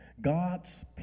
God's